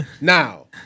now